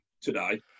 today